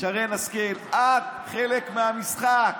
שרן השכל, את חלק מהמשחק.